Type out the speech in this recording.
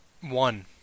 One